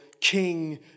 King